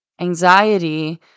anxiety